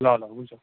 ल ल हुन्छ